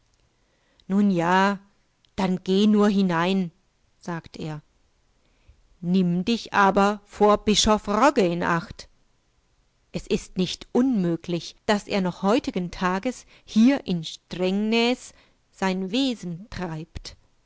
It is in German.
nun ja dann geh nur hinein sagt er nimm dich aber vor bischof rogge in acht es ist nicht unmöglich daß er noch heutigen tages hierinsträngnässeinwesentreibt soläuftdennderjungeindiekirchehineinundbesiehtaltegrabmälerund schöne